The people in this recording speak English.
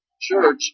church